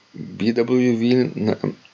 BWV